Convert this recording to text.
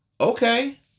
Okay